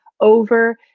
over